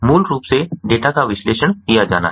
मूल रूप से डेटा का विश्लेषण किया जाना है